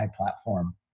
platform